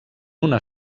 una